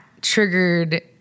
triggered